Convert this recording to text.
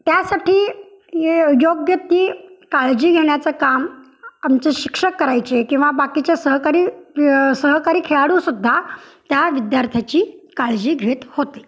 त्यासाठी य योग्य ती काळजी घेण्याचं काम आमचे शिक्षक करायचे किंवा बाकीच्या सहकारी सहकारी खेळाडू सुद्धा त्या विद्यार्थ्याची काळजी घेत होते